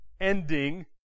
ending